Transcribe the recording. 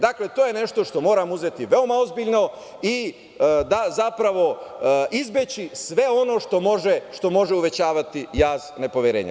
Dakle, to je nešto što moramo uzeti ozbiljno i zapravo izbeći sve ono što može uvećavati jaz nepoverenja.